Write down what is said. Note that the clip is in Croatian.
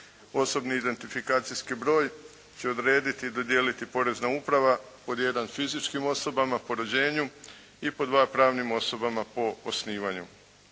Osobni identifikacijski broj će odrediti i dodijeliti porezna uprava, pod 1. fizičkim osobama, po rođenju i pod 2. pravnim osobama po osnivanju.